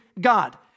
God